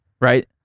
Right